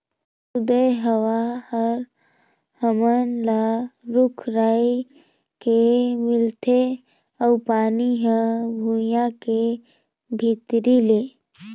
सुदय हवा हर हमन ल रूख राई के मिलथे अउ पानी हर भुइयां के भीतरी ले